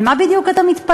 על מה בדיוק אתה מתפלא?